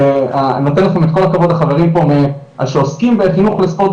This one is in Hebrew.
ואני נותן לכם את כל הכבוד לחברים פה שעוסקים בחינוך לספורט,